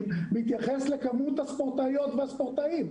מתייחס לכמות הספורטאיות והספורטאים.